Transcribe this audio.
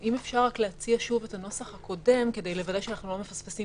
אם אפשר להציע את הנוסח הקודם כדי לוודא שאנחנו לא מפספסים